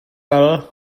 pal